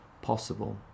possible